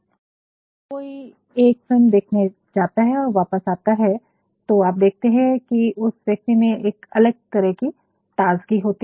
जब कोई एक फिल्म देखने जाता है और वापस आता है तो आप देखते हैं कि उस व्यक्ति में अलग तरह की ताजगी होती है